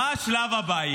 מה יהיה השלב הבא?